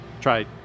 try